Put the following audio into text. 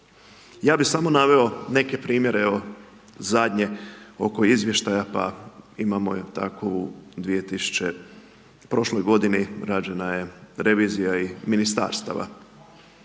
Ja bih samo naveo neke primjere, evo zadnje oko izvještaja pa imamo tako u prošloj godini, rađena je revizija i ministarstava.